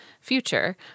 future